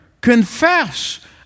confess